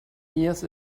years